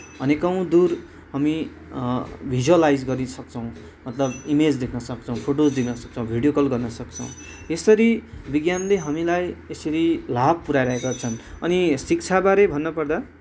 अनेकौँ दुर हामी भिज्वालाइज गरिसक्छौँ मतलब इमेज देख्नसक्छौँ फोटोज दिनसक्छौँ भिडियो कल गर्नसक्छौँ यस्तरी विज्ञानले हामीलाई यसरी लाभ पुऱ्याइरहेका छन् अनि शिक्षाबारे भन्नपर्दा